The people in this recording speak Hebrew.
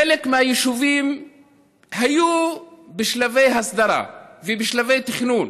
חלק מהיישובים היו בשלבי הסדרה ובשלבי תכנון,